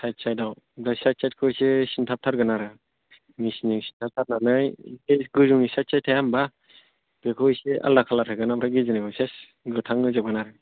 साइद साइदाव ओमफ्राय साइद साइदखौ इसे सिनथाबथारगोन आरो मिसिनजों सिनथाब थारनानै बे गोजौनि साइद साइद थाया होम्बा बेखौ इसे आलदा खालार होगोन ओमफ्राय गेजेरनिखौ सेस गोथां होजोबगोन आरो